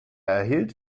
erhielt